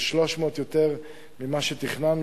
כ-300 יותר ממה שתכננו.